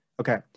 Okay